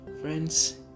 friends